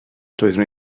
doeddwn